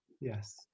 yes